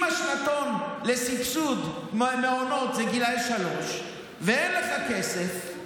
אם השנתון לסבסוד מעונות הוא גילי שלוש ואין לך כסף,